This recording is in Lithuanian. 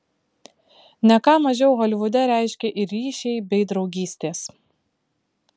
ne ką mažiau holivude reiškia ir ryšiai bei draugystės